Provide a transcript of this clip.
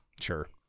Sure